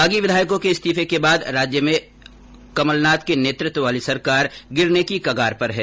बागी विधायकों के इस्तीफे के बाद राज्य में कमलनाथ के नेतृत्व वाली सरकार गिरने की कगार पर है